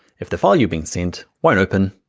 if the file you've been sent won't open,